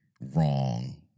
wrong